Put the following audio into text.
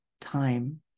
time